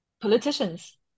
politicians